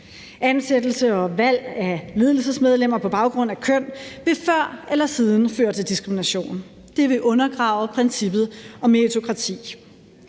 Ansættelse og valg af ledelsesmedlemmer på baggrund af køn vil før eller siden føre til diskrimination. Det vil undergrave princippet om meritokrati.